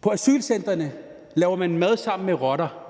På asylcentrene laver man mad sammen med rotter.